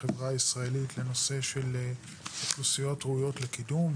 בחברה הישראלית לנושא אוכלוסיות ראויות לקידום,